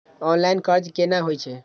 Online कर्ज केना होई छै?